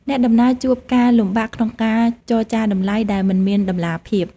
អ្នកដំណើរជួបការលំបាកក្នុងការចរចាតម្លៃដែលមិនមានតម្លាភាព។